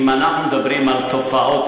אם אנחנו מדברים על תופעות,